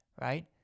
right